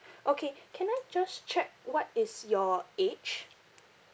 okay can I just check what is your age